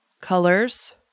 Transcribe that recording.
colors